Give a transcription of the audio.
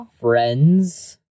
Friends